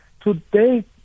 Today